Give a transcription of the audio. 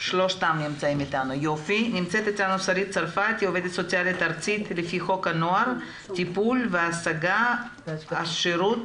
עו"ס ארצית לפי חוק הנוער, טיפול והשגחה בשירות